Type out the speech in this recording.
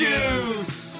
Juice